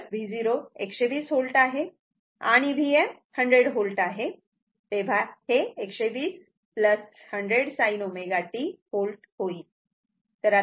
तर Vo 120 V आहे आणि Vm 100 V आहे तेव्हा हे 120 100 sin ω t volt होईल